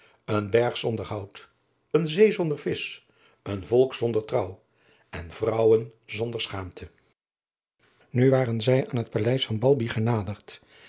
een berg zonder hout een zee zonder visch een volk zonder trouw en vrouwen zonder schaamte nu waren zij aan het paleis van balbi genaderd